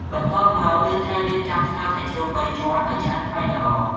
បន្ទាប់មកយើងត្រូវរៀបចំស្ងោរសាច់ជ្រូកបីជាន់ឲ្យឆ្អិនផុយល្អ ។